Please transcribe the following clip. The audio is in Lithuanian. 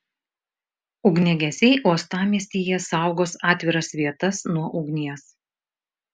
ugniagesiai uostamiestyje saugos atviras vietas nuo ugnies